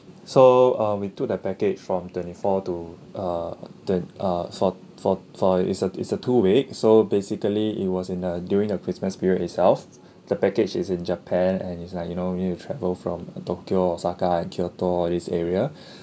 so uh we took the package from twenty four to err the uh for for for is a is a two week so basically it was in a during the christmas period itself the package is in japan and is like you know we travel from tokyo osaka and kyoto all these area